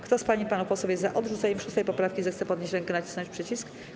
Kto z pań i panów posłów jest za odrzuceniem 6. poprawki, zechce podnieść rękę i nacisnąć przycisk.